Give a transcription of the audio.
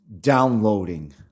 downloading